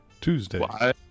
Tuesday